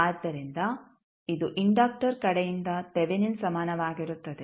ಆದ್ದರಿಂದ ಇದು ಇಂಡಕ್ಟರ್ ಕಡೆಯಿಂದ ತೆವೆನಿನ್ ಸಮಾನವಾಗಿರುತ್ತದೆ